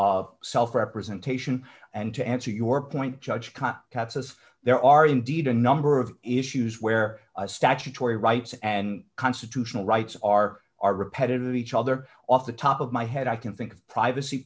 self representation and to answer your point judge katz says there are indeed a number of issues where a statutory rights and constitutional rights are are repetitive each other off the top of my head i can think of privacy